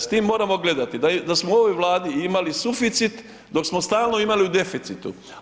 S tim moramo gledati, da smo ovoj Vladi imali suficit dok smo stalno imali u deficitu.